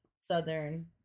southern